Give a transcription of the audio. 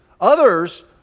Others